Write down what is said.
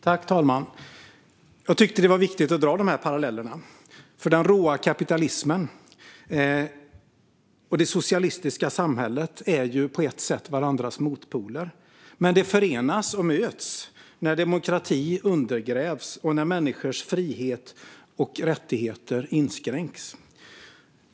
Fru talman! Jag tyckte att det var viktigt att dra dessa paralleller, för den råa kapitalismen och det socialistiska samhället är på ett sätt varandras motpoler. De förenas och möts när demokrati undergrävs och när människors frihet och rättigheter inskränks.